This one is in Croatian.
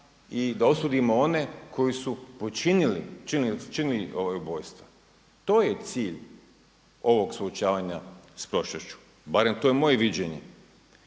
i da osudimo one koji su počinili ubojstva. To je cilj ovog suočavanja s prošlošću, barem to je moje viđenje.